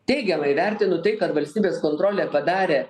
teigiamai vertinu tai kad valstybės kontrolė padarė